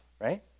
right